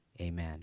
amen